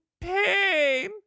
pain